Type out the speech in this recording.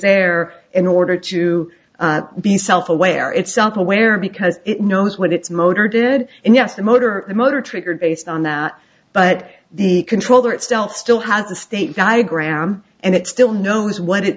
there in order to be self aware example where because it knows what it's motor did and yes the motor motor triggered based on that but the controller itself still has the state diagram and it still knows what it's